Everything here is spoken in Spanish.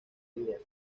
dudas